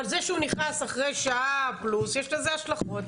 אבל זה הוא נכנס אחר שעה פלוס יש לזה השלכות.